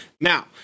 Now